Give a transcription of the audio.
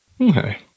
Okay